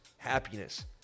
happiness